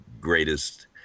greatest